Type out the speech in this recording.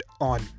on